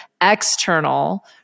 external